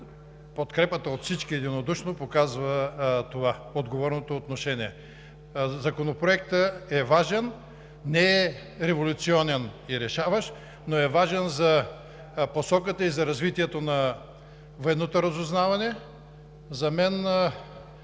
подкрепата от всички единодушно показва това – отговорното отношение. Законопроектът е важен – не е революционен и решаващ, но е важен за посоката и развитието на Военното разузнаване. За мен